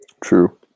True